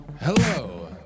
Hello